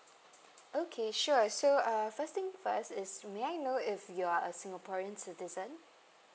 okay sure so uh first thing first is may I know if you're a singaporean citizen